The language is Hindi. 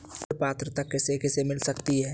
ऋण पात्रता किसे किसे मिल सकती है?